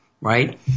right